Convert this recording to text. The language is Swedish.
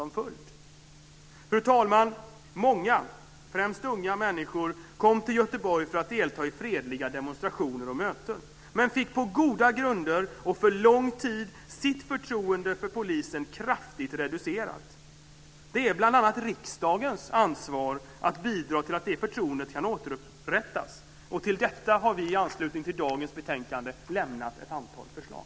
Många, främst unga människor, kom till Göteborg för att delta i fredliga demonstrationer och möten men fick på goda grunder och för lång tid sitt förtroende för polisen kraftigt reducerat. Det är bl.a. riksdagens ansvar att bidra till att förtroendet kan återupprättas. Därför har vi i anslutning till dagens betänkande lämnat ett antal förslag.